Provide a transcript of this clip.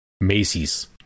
Macy's